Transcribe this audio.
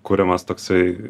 kuriamas toksai